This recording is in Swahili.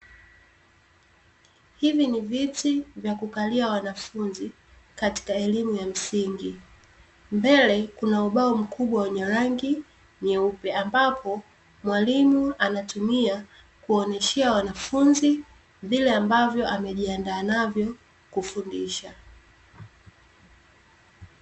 Hivi ni viti vya kukalia wanafunzi katika elimu ya msingi. Mbele kuna ubao mkubwa wenye rangi nyeupe ambapo mwalimu anatumia kuoneshea wanafunzi vile ambavyo amejiandaa navyo kufundisha.